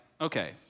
okay